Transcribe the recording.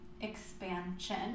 expansion